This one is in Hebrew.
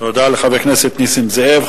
תודה לחבר הכנסת נסים זאב.